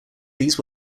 these